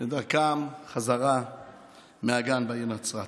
בדרכם בחזרה מהגן בעיר נצרת.